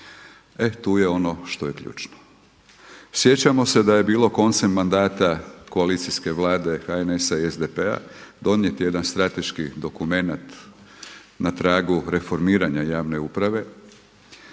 tu je ono što je ključno. Sjećamo se da je bilo koncem mandata koalicijske vlade HNS-a i SDP-a donijet jedan strateški dokumenat na tragu reformiranja javne uprave,